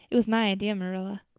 it was my idea, marilla.